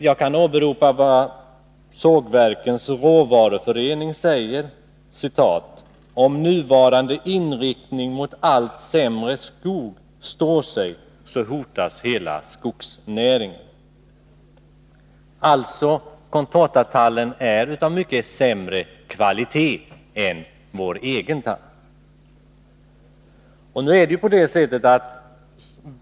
Jag kan åberopa vad Sågverkens råvaruförening säger: ”Om nuvarande inriktning mot allt sämre skog står sig, så hotas hela skogsnäringen.” Contortatallen är alltså av mycket sämre kvalitet än vår egen tall.